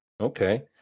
Okay